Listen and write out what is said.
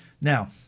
Now